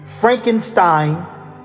Frankenstein